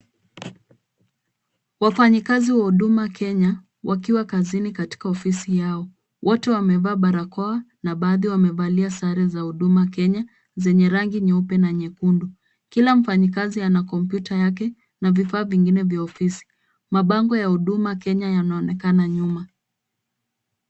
Wafanyikazi wa huduma Kenya wakiwa kazini katika ofisi yao. Wote wamevaa barakoa na baadhi wamevalia sare za huduma Kenya zenye rangi nyeupe na nyekundu. Kila mfanyikazi ana kompyuta yake na vifaa vingine vya ofisi. Mabango ya huduma Kenya yanaonekana nyuma.